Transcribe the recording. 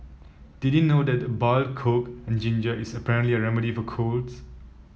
did you know that boiled coke and ginger is apparently a remedy for colds